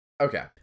Okay